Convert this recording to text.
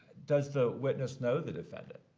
does the witness know the defendant?